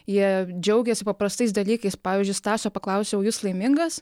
jie džiaugiasi paprastais dalykais pavyzdžiui stasio paklausiau jūs laimingas